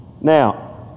Now